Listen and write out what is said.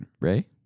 Ray